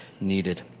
needed